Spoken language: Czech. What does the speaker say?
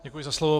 Děkuji za slovo.